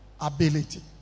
ability